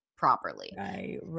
properly